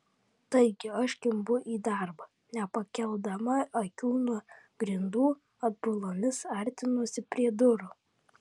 taigi aš kimbu į darbą nepakeldama akių nuo grindų atbulomis artinuosi prie durų